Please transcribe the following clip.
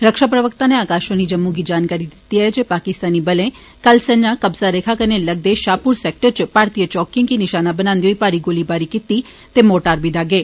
रक्षा प्रवक्ता नै आकाषवाणी जम्मू गी जानकारी दिती ऐ जे पाकिस्तानी बलें कल संझा कब्जा रेखा कन्ने लगदे षाहपुर सैक्टर च भारतीय चौकिएं गी निषाना बनान्दे होई भारी गोलाबारी कीती ते मोर्टार दी दागे